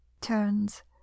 Turns